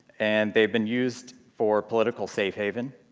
and they've been used for political safe-haven,